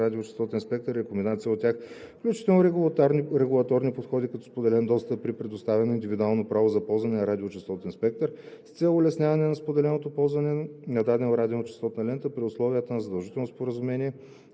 радиочестотен спектър или комбинация от тях, включително регулаторни подходи, като споделен достъп при предоставено индивидуално право за ползване на радиочестотен спектър, с цел улесняване на споделеното ползване на дадена радиочестотна лента при условията на задължително споразумение